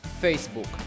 Facebook